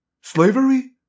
Slavery